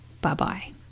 Bye-bye